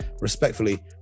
respectfully